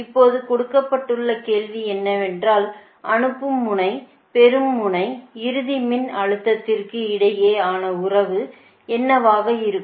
இப்போது கொடுக்கப்பட்டுள்ள கேள்வி என்னவென்றால் அனுப்பும் முனை பெறும் முனை இறுதி மின் அழுத்தத்திற்கு இடையே ஆன உறவு என்னவாக இருக்கும்